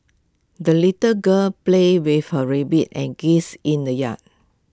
the little girl played with her rabbit and geese in the yard